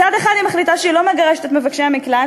מצד אחד היא מחליטה שהיא לא מגרשת את מבקשי המקלט,